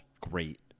great